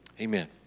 Amen